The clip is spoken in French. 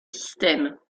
systèmes